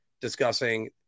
discussing